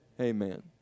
amen